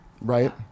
right